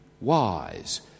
wise